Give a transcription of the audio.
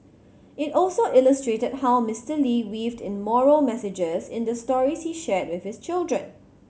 it also illustrated how Mister Lee weaved in moral messages in the stories he shared with his children